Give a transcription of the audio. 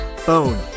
phone